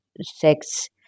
sex